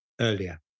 earlier